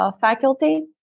faculty